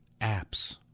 apps